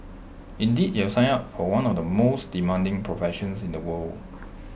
indeed you have signed up for one of the most demanding professions in the world